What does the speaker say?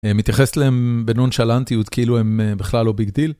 מתייחס אליהם בנונשלנטיות עוד כאילו הם בכלל לא ביג דיל.